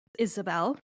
Isabel